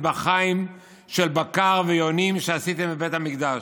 מטבחיים של בקר ויונים שעשיתם בבית המקדש,